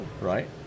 right